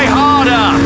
harder